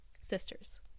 sisters